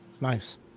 Nice